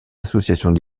associations